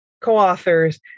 co-authors